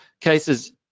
Cases